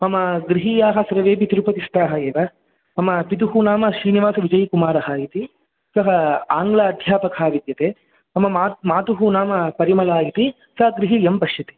मम गृहीयाः सर्वेऽपि तिरुपतिस्थाः एव मम पितुः नाम श्रीनिवासविजयकुमारः इति सः आङ्ग्ल अध्यापकः विद्यते मम मातुः नाम परिमला इति सा गृहीयं पश्यति